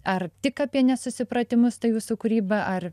ar tik apie nesusipratimus ta jūsų kūryba ar